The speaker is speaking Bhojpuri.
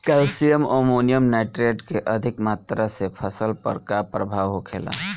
कैल्शियम अमोनियम नाइट्रेट के अधिक मात्रा से फसल पर का प्रभाव होखेला?